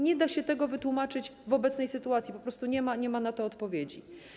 Nie da się tego wytłumaczyć w obecnej sytuacji, po prostu nie ma na to odpowiedzi.